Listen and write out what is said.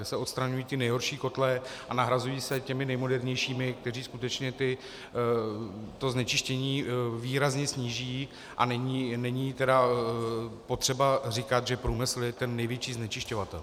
Že se odstraňují ty nejhorší kotle a nahrazují se těmi nejmodernějšími, které skutečně to znečištění výrazně sníží, a není potřeba říkat, že průmysl je ten největší znečišťovatel.